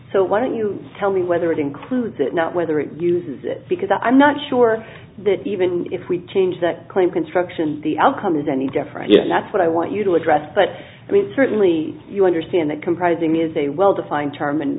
so why don't you tell me whether it includes it not whether it uses it because i'm not sure that even if we change that claim construction the outcome is any different yes that's what i want you to address but i mean certainly you understand that comprising is a well defined term and